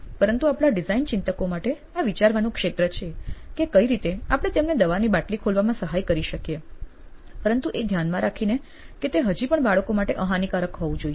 પરંતુ આપણા ડિઝાઇન ચિંતકો માટે આ વિચારવાનું ક્ષેત્ર છે કે કઈ રીતે આપણે તેમને દવાની બાટલી ખોલવામાં સહાય કરી શકીએ પરંતુ એ ધ્યાનમાં રાખીને કે તે હજી પણ બાળકો માટે અહાનિકારક હોવું જોઈએ